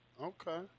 Okay